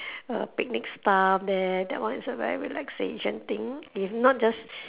uh picnic stuff there that one is a very relaxation thing if not just